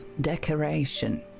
decoration